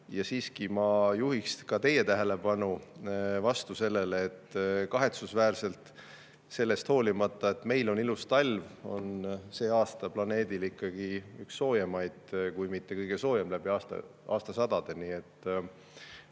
siiski ma juhiks ka teie tähelepanu sellele, et kahetsusväärselt sellest hoolimata, et meil on ilus talv, on see aasta planeedil ikkagi üks soojemaid, kui mitte kõige soojem läbi aastasadade.